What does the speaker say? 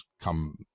come